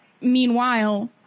Meanwhile